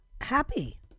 happy